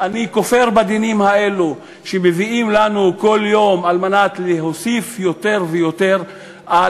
אני כופר בדינים האלו שמביאים לנו כל יום על מנת להוסיף יותר ויותר על